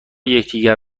یکدیگر